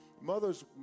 Mothers